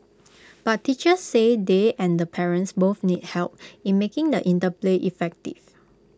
but teachers say they and the parents both need help in making the interplay effective